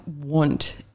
want